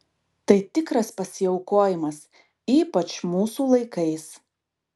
tai tikras pasiaukojimas ypač mūsų laikais